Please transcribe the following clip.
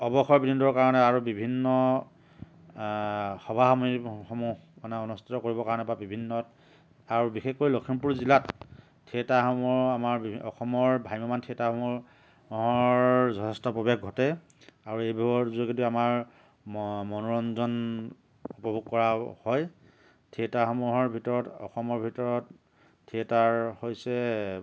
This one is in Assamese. অৱসৰ বিনোদনৰ কাৰণে আৰু বিভিন্ন সভা সমিতিসমূহ মানে অনুষ্ঠিত কৰিবৰ কাৰণে বা বিভিন্ন আৰু বিশেষকৈ লখিমপুৰ জিলাত থিয়েটাৰসমূহ আমাৰ বি অসমৰ ভ্ৰাম্যমান থিয়েটাৰসমূহ অসমৰ যথেষ্ট প্ৰৱেশ ঘটে আৰু এইবোৰৰ যোগেদি আমাৰ ম মনোৰঞ্জন উপভোগ কৰা হয় থিয়েটাৰসমূহৰ ভিতৰত অসমৰ ভিতৰত থিয়েটাৰ হৈছে